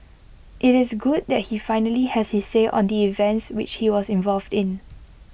IT is good that he finally has his say on the events which he was involved in